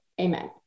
Amen